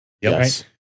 Yes